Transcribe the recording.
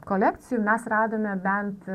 kolekcijų mes radome bent